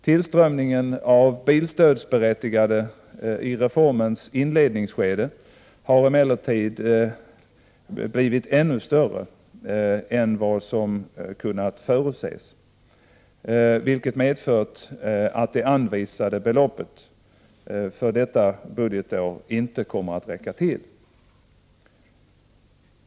Tillströmningen av bilstödsberättigade i reformens inledningsskede har emellertid blivit ännu större än vad som kunnat förutses, vilket medfört att det anvisade beloppet för detta budgetår inte kommer att räcka till.